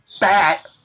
bat-